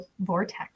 vortex